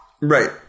Right